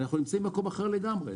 היום אנחנו נמצאים במקום אחר לגמרי.